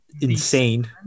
insane